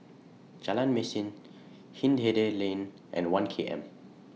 Jalan Mesin Hindhede Lane and one K M